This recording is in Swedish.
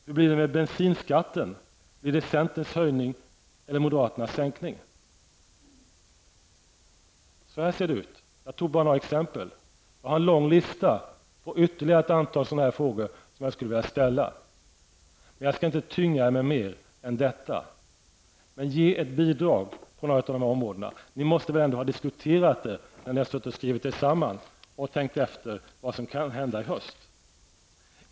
Hur blir det med bensinskatten: centerns höjning, eller moderaternas sänkning? Så här ser det ut. Jag tog bara några exempel. Jag har en lång lista på ytterligare ett antal sådana frågor som jag skulle vilja ställa. Jag skall inte tynga med mer än detta, men ge oss nu ett bidrag på dessa områden. Ni har väl ändå diskuterat det när ni har skrivit er samman och tänkt efter vad som kan hända i höst.